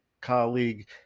colleague